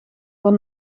van